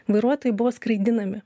vairuotojai buvo skraidinami